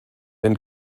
and